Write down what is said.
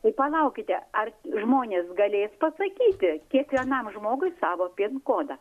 tai palaukite ar žmonės galės pasakyti kiekvienam žmogui savo pin kodą